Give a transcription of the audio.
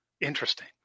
interesting